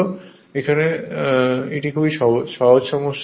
সুতরাং এটি একটি খুবই সহজ সমস্যা